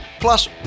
Plus